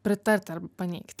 pritarti arba paneigti